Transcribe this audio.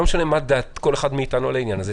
לא משנה מה דעת כל אחד מאיתנו על העניין הזה,